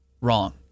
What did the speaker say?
wrong